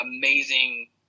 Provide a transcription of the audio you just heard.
amazing